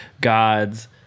gods